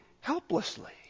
helplessly